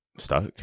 Stuck